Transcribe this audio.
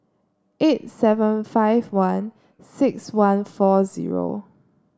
eight seven five one six one four zero